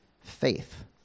faith